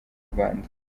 rwanda